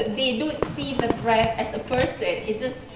they don't see the brand as a person, it's just,